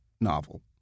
novel